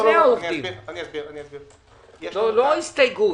לא ההסתייגות.